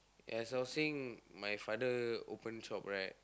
as I was saying my father open shop right